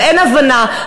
ואין הבנה,